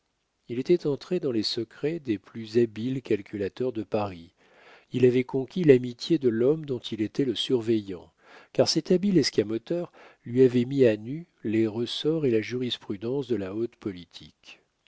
il était entré dans les secrets des plus habiles calculateurs de paris il avait conquis l'amitié de l'homme dont il était le surveillant car cet habile escamoteur lui avait mis à nu les ressorts et la jurisprudence de la haute politique